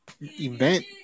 event